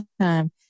time